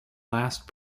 last